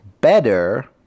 better